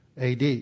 AD